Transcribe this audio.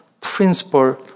principle